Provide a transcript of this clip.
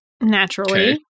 Naturally